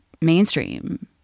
mainstream